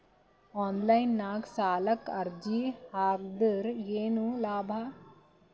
Online ನಾಗ್ ಸಾಲಕ್ ಅರ್ಜಿ ಹಾಕದ್ರ ಏನು ಲಾಭ?